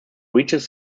reaches